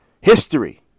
History